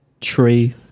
Tree